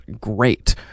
great